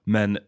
Men